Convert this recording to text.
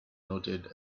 noted